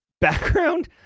background